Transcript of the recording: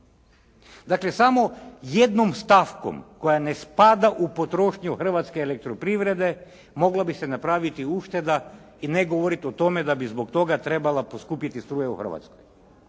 Dakle, samo jednom stavkom koja ne spada u potrošnju hrvatske elektroprivrede, moglo bi se napraviti ušteda i ne govoriti o tome da bi zbog toga trebala poskupiti struja u Hrvatskoj.